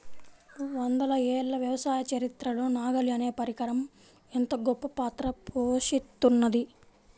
వందల ఏళ్ల వ్యవసాయ చరిత్రలో నాగలి అనే పరికరం ఎంతో గొప్పపాత్ర పోషిత్తున్నది